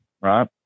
right